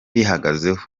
bihagazeho